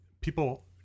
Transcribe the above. people